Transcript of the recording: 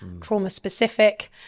trauma-specific